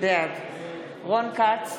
בעד רון כץ,